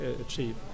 achieve